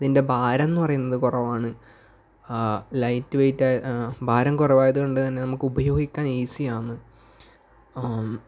ഇതിൻ്റെ ഭാരമെന്ന് പറയുന്നത് കുറവാണ് ലൈറ്റ് വെയിറ്റ് ഭാരം കുറവായതു കൊണ്ട് തന്നെ നമുക്ക് ഉപയോഗിക്കാൻ ഈസിയാണ്